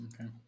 Okay